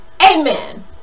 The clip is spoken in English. amen